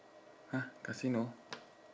!huh! casino